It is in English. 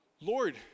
Lord